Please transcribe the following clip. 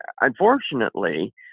Unfortunately